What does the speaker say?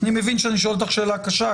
אני מבין שאני שואל אותך שאלה קשה,